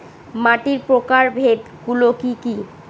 মাটির প্রকারভেদ গুলো কি কী?